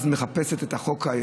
אז היא מחפשת את חוק-היסוד,